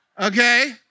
Okay